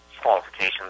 qualifications